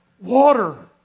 water